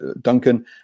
Duncan